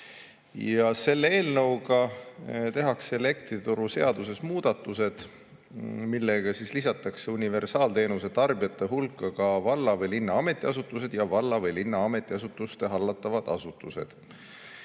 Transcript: Selle eelnõuga tehakse elektrituruseaduses muudatused, millega lisatakse universaalteenuse tarbijate hulka ka valla või linna ametiasutused ja valla või linna ametiasutuste hallatavad asutused,